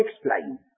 explain